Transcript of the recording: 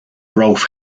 rolf